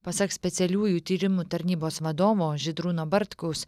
pasak specialiųjų tyrimų tarnybos vadovo žydrūno bartkaus